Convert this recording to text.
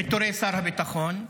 פיטורי שר הביטחון,